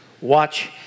watch